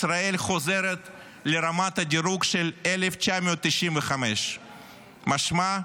ישראל חוזרת לרמת הדירוג של 1995. משמע,